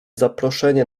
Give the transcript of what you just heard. zaproszenie